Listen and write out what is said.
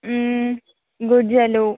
గుజ్జలు